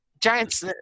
giants